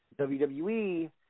WWE